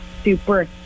super